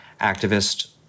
activist